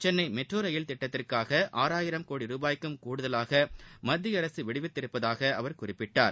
Chennai metro rail திட்டத்திற்காக ஆறாயிரம் கோடி ரூபாய்க்கும் கூடுதலாக மத்திய அரசு விடுவித்து இருப்பதாக அவர் குறிப்பிட்டார்